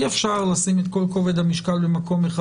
אי אפשר לשים את כל כובד המשקל במקום אחד